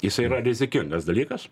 jisai yra rizikingas dalykas